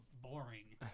boring